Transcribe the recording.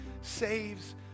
saves